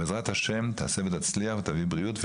בעזרת השם תעשה ותצליח ותביא בריאות.